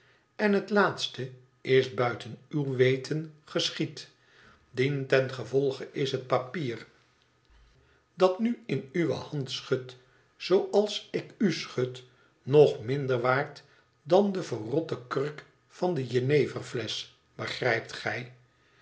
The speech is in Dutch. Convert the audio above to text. en het laatste is buiten uw weten geschied dientengevolge is het papier dat nu in uwe hand schudt zooals ik u schud nog minder waard dan de verrotte kurk van de jeneverflesch begrijpt gij